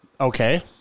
Okay